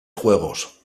juegos